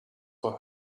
for